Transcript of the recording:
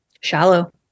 shallow